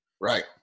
right